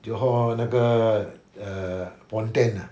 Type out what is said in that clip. johor 那个 err pontian ah